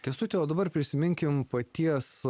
kęstuti o dabar prisiminkim paties